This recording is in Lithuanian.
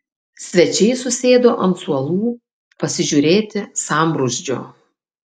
svečiai susėdo ant suolų pasižiūrėti sambrūzdžio